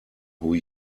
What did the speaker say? who